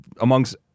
amongst